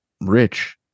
rich